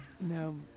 no